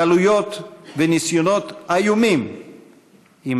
גלויות וניסיונות איומים --- עם